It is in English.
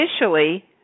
initially